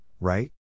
right